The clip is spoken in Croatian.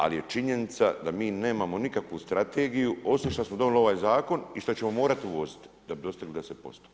Ali, je činjenica da mi nemamo nikakvu strategiju, osim što smo donijeli ovaj zakon i što ćemo morati uvoziti, da bi ostavili 10%